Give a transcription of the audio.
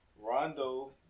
Rondo